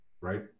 right